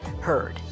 heard